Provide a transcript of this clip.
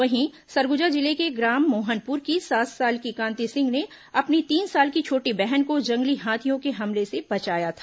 वहीं सरगुजा जिले के ग्राम मोहनपुर की सात साल की कांति सिंग ने अपनी तीन साल की छोटी बहन को जंगली हाथियों के हमले से बचाया था